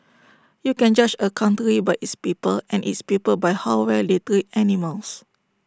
you can judge A country by its people and its people by how well they animals